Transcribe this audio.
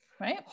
Right